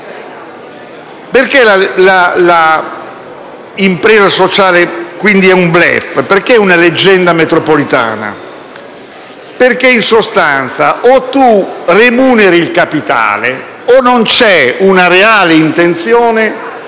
Perché l'impresa sociale è, quindi, un *bluff* e una leggenda metropolitana? In sostanza, o si remunera il capitale o non c'è una reale intenzione